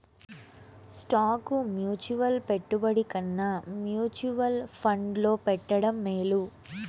stock mutual పెట్టుబడి కన్నా mutual ఫండ్లో పెట్టడం మేలు